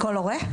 מכל הורה?